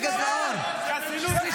הרגע אמרת שיש